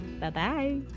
Bye-bye